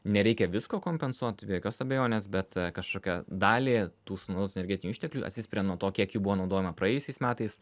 nereikia visko kompensuot be jokios abejonės bet kažkokią dalį tų sunaudotų energetinių išteklių atsispiria nuo to kiek jų buvo naudojama praėjusiais metais